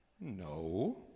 No